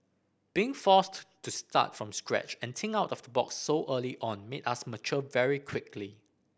being forced to start from scratch and think out of the box so early on made us mature very quickly